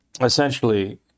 essentially